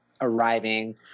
arriving